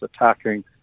attacking